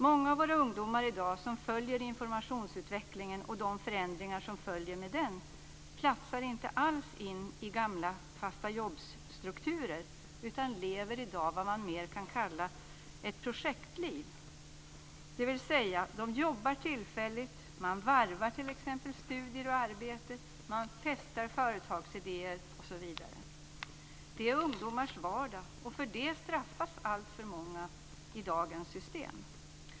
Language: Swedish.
Många av våra ungdomar i dag, som följer informationsutvecklingen och de förändringar som följer med den, platsar inte alls in i gamla fasta-jobbstrukturer. De lever i dag vad man mer kan kalla ett "projektliv". De jobbar tillfälligt. Man varvar t.ex. studier och arbete. Man testar företagsidéer osv. Det är ungdomars vardag, och för det straffas alltför många i dagens system.